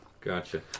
Gotcha